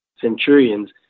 centurions